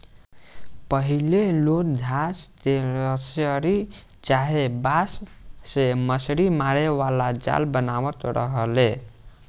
पहिले लोग घास के रसरी चाहे बांस से मछरी मारे वाला जाल बनावत रहले